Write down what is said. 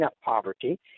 poverty